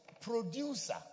producer